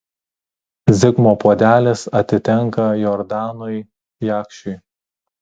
zigmo puodelis atitenka jordanui jakšiui